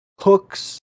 hooks